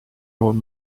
old